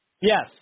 Yes